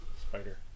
Spider